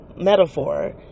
metaphor